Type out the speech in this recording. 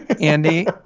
Andy